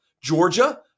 Georgia